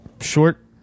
short